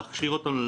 להכשיר אותם,